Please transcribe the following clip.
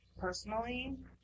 Personally